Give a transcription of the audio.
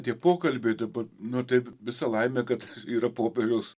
tie pokalbiai dabar nu tai visa laimė kad yra popiežiaus